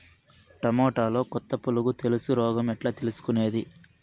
టమోటాలో కొత్త పులుగు తెలుసు రోగం ఎట్లా తెలుసుకునేది?